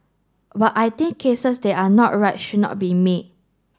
but I think cases that are not right should not be made